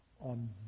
On